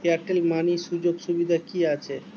Airtel money সুযোগ সুবিধা কি আছে?